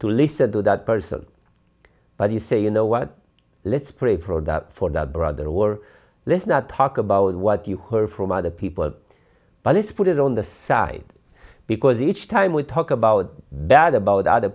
to listen to that person but you say you know what let's pray for that for the brother or let's not talk about what you heard from other people but this put it on the side because each time we talk about bad about other